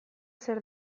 zer